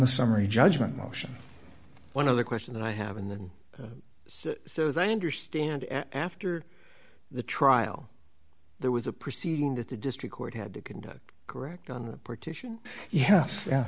the summary judgment motion one of the question that i have and then so is i understand after the trial there was a proceeding that the district court had to conduct correct on the partition